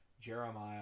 Jeremiah